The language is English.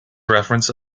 reference